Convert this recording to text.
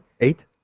Eight